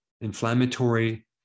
inflammatory